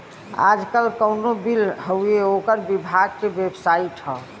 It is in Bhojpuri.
आजकल कउनो बिल हउवे ओकर विभाग के बेबसाइट हौ